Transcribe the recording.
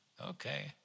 okay